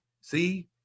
See